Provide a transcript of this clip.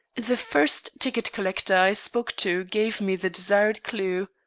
the first ticket-collector i spoke to gave me the desired clue.